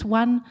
one